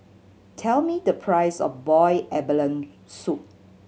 tell me the price of boiled abalone soup